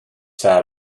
fearr